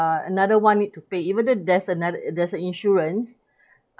another one need to pay even though there's another there's the insurance